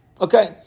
Okay